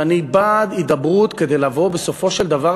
ואני בעד הידברות כדי לבוא בסופו של דבר